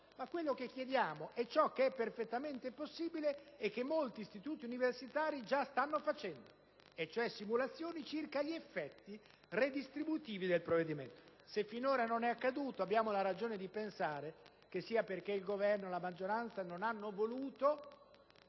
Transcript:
Ma quel che chiediamo è ciò che è perfettamente possibile e che molti istituti universitari già stanno facendo: le simulazioni circa gli effetti redistributivi del provvedimento. Se finora ciò non è accaduto, abbiamo ragione di pensare che il Governo e la maggioranza non hanno voluto,